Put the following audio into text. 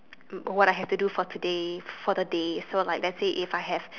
what I have to do for today for the day so like let's say if I have